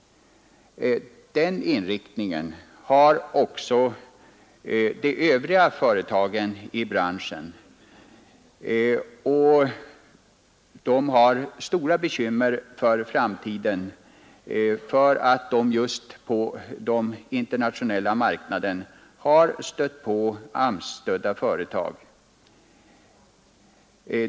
Den inriktningen har också de övriga företagen i branschen, och de har stora bekymmer för framtiden därför att de på den internationella marknaden har stött på konkurrens från AMS-stödda företag.